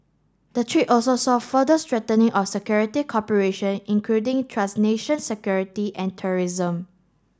the trip also saw further strengthening of security cooperation including security and terrorism